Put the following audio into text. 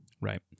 Right